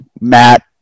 Matt